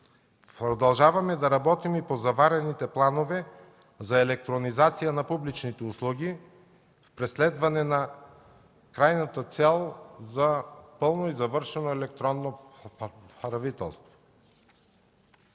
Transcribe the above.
Продължаваме да работим и по заварените планове за електронизация на публичните услуги, преследване на крайната цел за пълно и завършено електронно правителство.